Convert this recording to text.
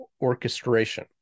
orchestration